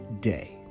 day